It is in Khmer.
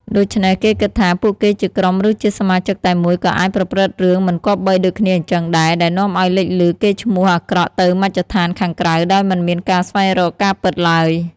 ដូច្នេះ គេគិតថា ពួកគេជាក្រុមឫជាសមាជិកតែមួយក៏អាចប្រព្រឹត្តរឿងមិនគប្បីដូចគ្នាអ៊ីចឹងដែរ ដែលនាំឲ្យលេចឮកេរ្តិ៍ឈ្មោះអាក្រក់ទៅមជ្ឈដ្ឋានខាងក្រៅដោយមិនមានការស្វែងរកការពិតទ្បើយ។